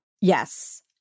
Yes